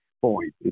point